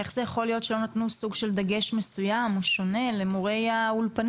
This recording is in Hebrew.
איך זה יכול להיות שלא נתנו סוג של דגש מסוים או שונה למורי האולפנים?